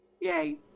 Yay